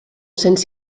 cents